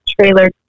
trailer